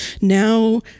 Now